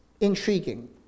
intriguing